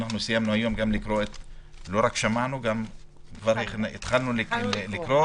היום לא רק שמענו, אלא גם התחלנו לקרוא,